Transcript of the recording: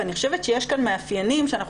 ואני חושבת שיש כאן מאפיינים שאנחנו